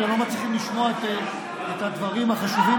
אתם לא מצליחים לשמוע את הדברים החשובים